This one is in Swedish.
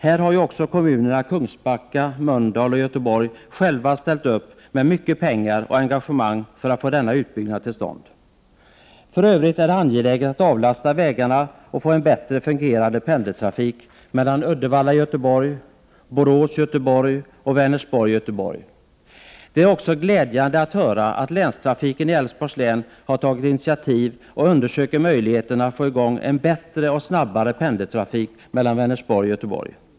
Här har ju också kommunerna Kungsbacka, Mölndal och Göteborg ställt upp med mycket pengar och stort engagemang för att få denna utbyggnad till stånd. För övrigt är det angeläget att avlasta vägarna och få en bättre fungerande pendeltrafik Uddevalla-Göteborg, Borås-Göteborg och Vänersborg-Göteborg. Det är också glädjande att höra att länstrafiken i Älvsborgs län har tagit initiativ för att undersöka möjligheterna att få i gång en bättre och snabbare pendeltrafik mellan Vänersborg och Göteborg.